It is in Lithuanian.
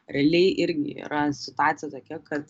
realiai irgi yra situacija tokia kad